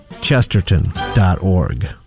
chesterton.org